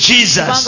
Jesus